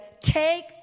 take